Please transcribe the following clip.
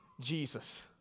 Jesus